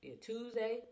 Tuesday